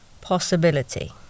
possibility